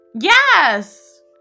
Yes